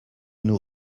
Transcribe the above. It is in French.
nous